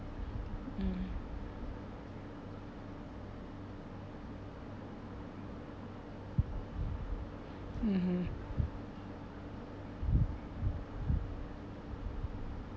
mm (uh huh) (uh huh)